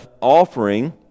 offering